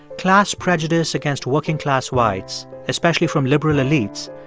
class prejudice against working-class whites, especially from liberal elites,